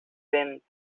vent